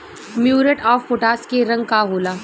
Muriate of potash के रंग का होला?